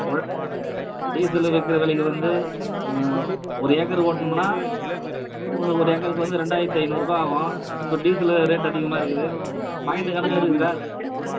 உழ டீசலு விற்கிற விலைக்கு வந்து ஒரு ஏக்கர் ஓட்டுனமுன்னால் ஒரு ஏக்கருக்கு வந்து ரெண்டாயிரத்து ஐந்நூறுரூபா ஆகும் இப்போ டீசலு ரேட் அதிகமாக இருக்குது பாயிண்டு கணக்கும் இருக்குது சார் ஒரு